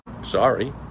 Sorry